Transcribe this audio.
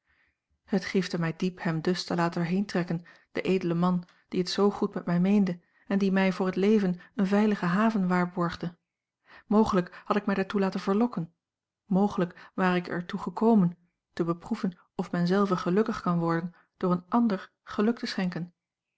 het griefde mij diep hem dus te laten heentrekken den edelen man die het zoo goed met mij meende en die mij voor het leven eene veilige haven waarborgde mogelijk had ik mij daartoe laten verlokken mogelijk ware ik er toegekomen a l g bosboom-toussaint langs een omweg te beproeven of men zelve gelukkig kan worden door een ander geluk te schenken